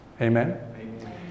Amen